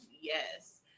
yes